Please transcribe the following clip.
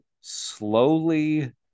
slowly